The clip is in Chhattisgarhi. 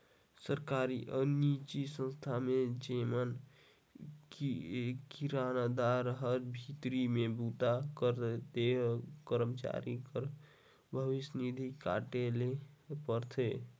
सरकारी अउ निजी संस्था में जेमन ठिकादार कर भीतरी में बूता करथे तेहू करमचारी कर भविस निधि काटे ले परथे